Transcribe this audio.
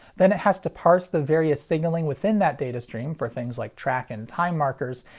then it has to parse the various signalling within that datastream for things like track and time markers,